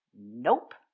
Nope